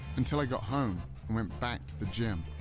until i got home and went back to the gym.